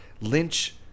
Lynch